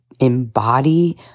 Embody